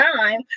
time